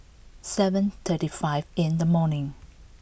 seven thirty five in the morning